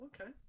okay